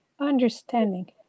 understanding